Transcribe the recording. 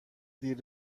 دیر